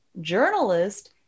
journalist